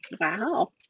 Wow